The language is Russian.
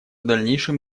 дальнейшую